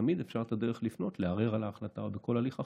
תמיד יש דרך לפנות ולערער על ההחלטה או כל הליך אחר.